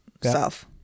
self